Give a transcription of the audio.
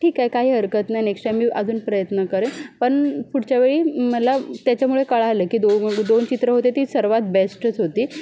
ठीक आहे काही हरकत नाही नेक्स्ट टाईम मी अजून प्रयत्न करेन पण पुढच्या वेळी मला त्याच्यामुळे कळलं की दोन दोन चित्रं होती ती सर्वात बेस्टच होती